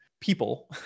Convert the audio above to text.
people